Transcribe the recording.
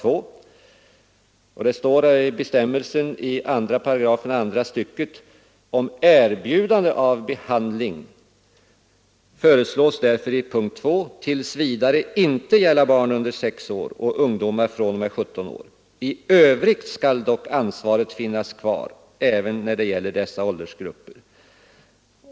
Det sägs i anvisningarna: Bestämmelsen i 2§ andra stycket om erbjudande av behandling skall tills vidare inte gälla barn under 6 år och ungdomar fr.o.m. 17 år. — I övrigt skall dock ansvaret finnas kvar även när det gäller dessa åldersgrupper.